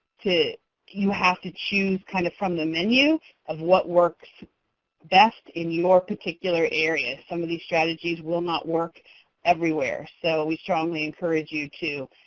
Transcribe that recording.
you have to choose kind of from the menu of what works best in your particular area. some of these strategies will not work everywhere. so, we strongly encourage you to,